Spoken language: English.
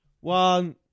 one